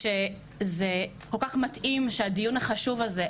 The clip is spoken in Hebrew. שזה כל כך מתאים שהדיון הכל כך חשוב הזה,